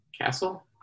Castle